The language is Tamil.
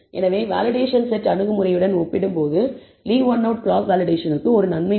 எனவே வேலிடேஷன் செட் அணுகுமுறையுடன் ஒப்பிடும்போது லீவ் ஒன் அவுட் கிராஸ் வேலிடேஷனிற்கு ஒரு நன்மை உண்டு